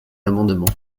amendement